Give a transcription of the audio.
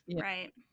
Right